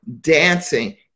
dancing